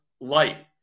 life